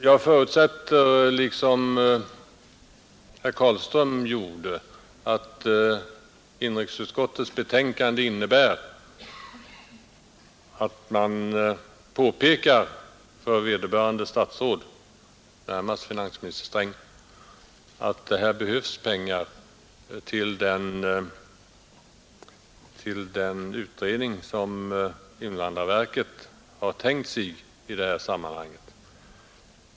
Jag förutsätter, liksom herr Carlström gjorde, att inrikesutskottets skrivning innebär att utskottet påpekar för vederbörande statsråd — närmast finansminister Sträng — att här behövs pengar till den utredning som invandrarverket har tänkt sig.